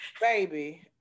Baby